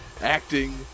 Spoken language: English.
acting